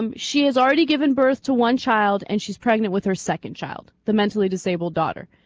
um she has already given birth to one child and she's pregnant with her second child the mentally disabled daughter